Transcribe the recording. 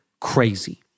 crazy